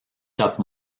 top